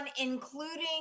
including